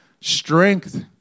strength